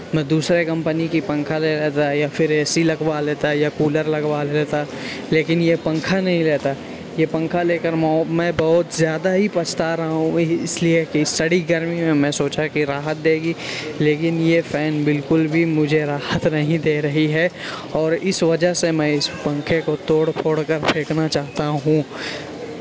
میں دوسرے کمپنی کی پنکھا لے لیتا یا پھر اے سی لگوا لیتا یا کولر لگوا لیتا لیکن یہ پنکھا نہیں لیتا یہ پنکھا لے کر میں بہت زیادہ ہی پچھتا رہا ہوں اس لیے کہ اس سڑی گرمی میں میں سوچا کہ راحت دے گی لیکن یہ فین مجھے بالکل بھی راحت نہیں دے رہی ہے اور اس وجہ سے میں اس پنکھے کو توڑ پھوڑ کر پھینکنا چاہتا ہوں